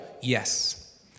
Yes